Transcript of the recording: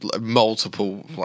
multiple